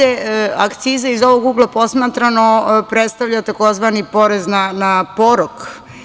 Akciza, iz ovog ugla posmatrano, predstavlja tzv. porez na porok.